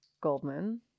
goldman